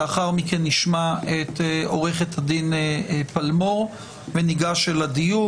לאחר מכן נשמע את עו"ד פלמור וניגש אל הדיון.